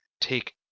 take